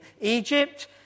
Egypt